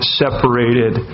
separated